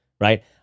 right